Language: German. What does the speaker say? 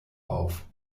auf